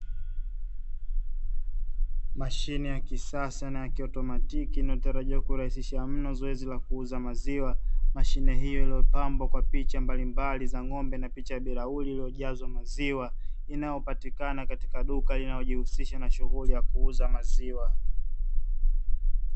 Mashine ya kisasa na ya kiautomatiki inayotarajiwa kurahisisha mno zoezi la kuuza maziwa. Mashine hiyo iliyopambwa kwa picha mbalimbali za ng'ombe na picha ya birauli iliyojazwa maziwa, inayopatikana katika duka linalojihusisha na shughuli ya kuuza maziwa.